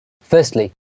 Firstly